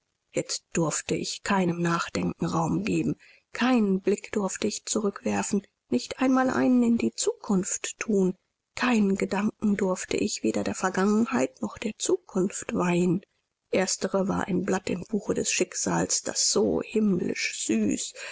jetzt durfte ich keinem nachdenken raum geben keinen blick durfte ich zurückwerfen nicht einmal einen in die zukunft thun keinen gedanken durfte ich weder der vergangenheit noch der zukunft weihen erstere war ein blatt im buche des schicksals das so himmlisch süß